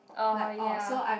oh ya